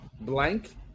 Blank